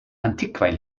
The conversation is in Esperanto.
antikvaj